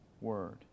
word